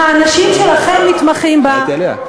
שהאנשים שלכם מתמחים בה, דיברתי אליה.